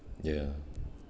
ya